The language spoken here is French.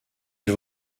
ils